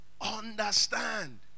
Understand